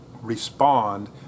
respond